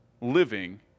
living